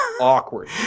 awkward